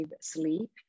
sleep